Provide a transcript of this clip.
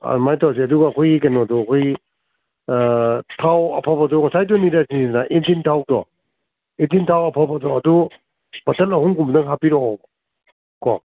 ꯑꯗꯨꯃꯥꯏꯅ ꯇꯧꯁꯦ ꯑꯗꯨꯒ ꯑꯩꯈꯣꯏꯒꯤ ꯀꯩꯅꯣꯗꯣ ꯑꯩꯈꯣꯏꯒꯤ ꯊꯥꯎ ꯑꯐꯕꯗꯣ ꯉꯁꯥꯏꯗꯨꯅ ꯏꯟꯖꯤꯟꯅ ꯏꯟꯖꯤꯟ ꯊꯥꯎꯗꯣ ꯏꯟꯖꯤꯟ ꯊꯥꯎ ꯑꯐꯕꯗꯣ ꯑꯗꯨ ꯕꯇꯜ ꯑꯍꯨꯝꯒꯨꯝꯕꯗꯪ ꯍꯥꯞꯄꯤꯔꯛꯑꯣꯕ ꯀꯣ